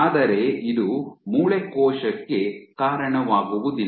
ಆದರೆ ಇದು ಮೂಳೆ ಕೋಶಕ್ಕೆ ಕಾರಣವಾಗುವುದಿಲ್ಲ